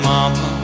Mama